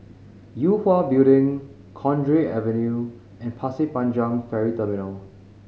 Yue Hwa Building Cowdray Avenue and Pasir Panjang Ferry Terminal